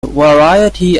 variety